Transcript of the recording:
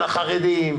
של החרדים,